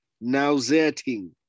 nauseating